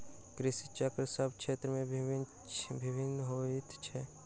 कृषि चक्र सभ क्षेत्र मे भिन्न भिन्न होइत छै